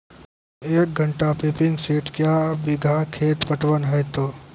एक घंटा pumping set क्या बीघा खेत पटवन है तो?